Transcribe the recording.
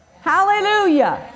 Hallelujah